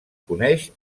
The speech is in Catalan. coneix